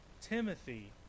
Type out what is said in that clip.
Timothy